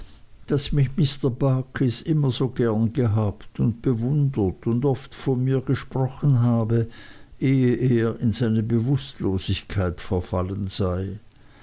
daß mich mr barkis immer so gern gehabt und bewundert und oft von mir gesprochen habe ehe er in seine bewußtlosigkeit verfallen sei